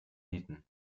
nieten